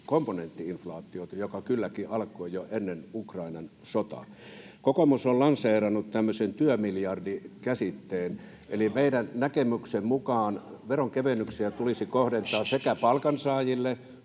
komponentti-inflaatiota, joka kylläkin alkoi jo ennen Ukrainan sotaa. Kokoomus on lanseerannut tämmöisen työmiljardi-käsitteen, [Keskeltä: Velaksi! — Vasemmalta: Velaksi!] eli meidän näkemyksen mukaan veronkevennyksiä tulisi kohdentaa sekä palkansaajille,